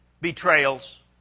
betrayals